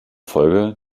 folge